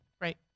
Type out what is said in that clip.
Right